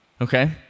Okay